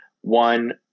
one